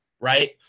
Right